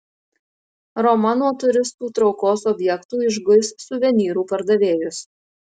roma nuo turistų traukos objektų išguis suvenyrų pardavėjus